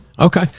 Okay